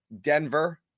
denver